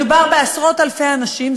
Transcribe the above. מדובר בעשרות-אלפי אנשים,